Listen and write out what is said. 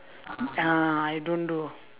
uh I don't do